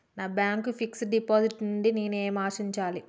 నా bank fixed deposit నుండి నేను ఏమి ఆశించాలి?